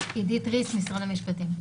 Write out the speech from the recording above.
עידית ריס ממשרד המשפטים.